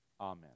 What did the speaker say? Amen